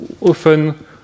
often